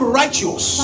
righteous